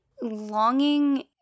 longing